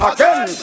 Again